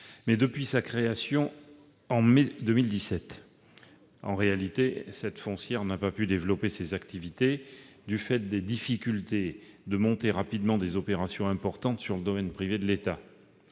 Depuis sa création effective, en mai 2017, cette foncière n'a pas pu développer ses activités, en raison des difficultés à monter rapidement des opérations importantes sur le domaine privé de l'État.